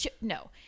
No